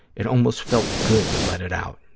it almost felt good to let it out,